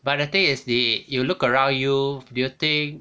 but the thing is 你 you look around you do you think